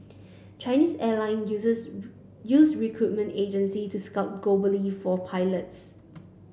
Chinese airline users use recruitment agency to scout globally for pilots